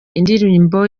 indirimbo